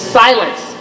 silence